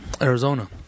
Arizona